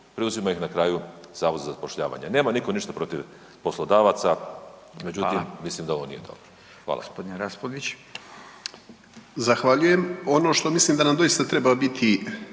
preuzima ih na kraju zavod za zapošljavanje. Nema niko ništa protiv poslodavaca …/Upadica: Hvala/…međutim, mislim da ovo nije dobro. Hvala.